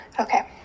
okay